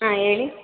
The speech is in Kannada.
ಹಾಂ ಹೇಳಿ